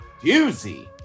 doozy